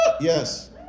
yes